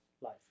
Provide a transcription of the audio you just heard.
life